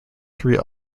three